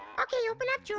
okay, open up drawer.